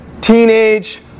teenage